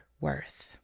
worth